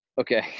Okay